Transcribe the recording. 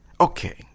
Okay